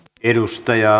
arvoisa puhemies